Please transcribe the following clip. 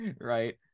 Right